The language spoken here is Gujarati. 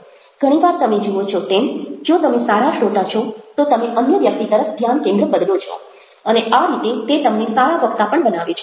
ઘણી વાર તમે જુઓ છો તેમ જો તમે સારા શ્રોતા છો તો તમે અન્ય વ્યક્તિ તરફ ધ્યાન કેન્દ્ર બદલો છો અને આ રીતે તે તમને સારા વક્તા પણ બનાવે છે